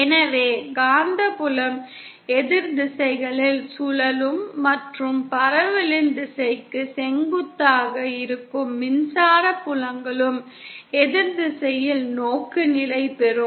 எனவே காந்தப்புலம் எதிர் திசைகளில் சுழலும் மற்றும் பரவலின் திசைக்கு செங்குத்தாக இருக்கும் மின்சார புலங்களும் எதிர் திசையில் நோக்குநிலை பெறும்